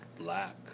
black